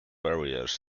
barriers